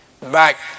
back